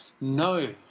No